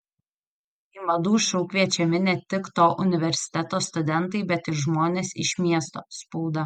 į madų šou kviečiami ne tik to universiteto studentai bet ir žmonės iš miesto spauda